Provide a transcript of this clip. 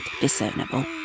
discernible